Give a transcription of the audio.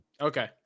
Okay